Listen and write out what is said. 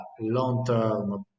long-term